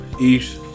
eat